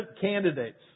candidates